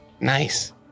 Nice